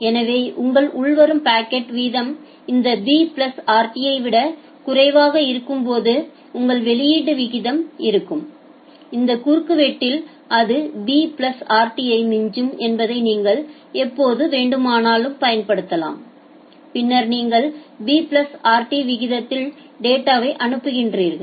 எனவே உங்கள் உள்வரும் பாக்கெட் வீதம் இந்த b பிளஸ் rt யை விட குறைவாக இருக்கும்போது உங்கள் வெளியீட்டு வீதம் இருக்கும் இந்த குறுக்குவெட்டில் அது b பிளஸ் rt யை மிஞ்சும் என்பதை நீங்கள் எப்போது வேண்டுமானாலும் பயன்படுத்தலாம் பின்னர் நீங்கள் b பிளஸ் rt விகிதத்தில் டேட்டாவை அனுப்புகிறீர்கள்